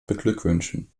beglückwünschen